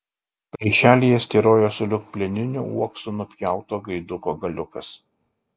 plyšelyje styrojo sulig plieniniu uoksu nupjauto gaiduko galiukas